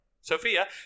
Sophia